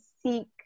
seek